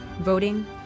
voting